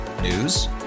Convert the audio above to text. News